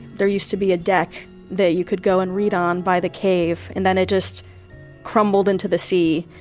there used to be a deck that you could go and read on by the cave. and then it just crumbled into the sea,